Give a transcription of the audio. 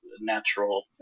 natural